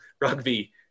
rugby